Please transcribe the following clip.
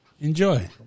Enjoy